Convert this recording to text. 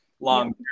long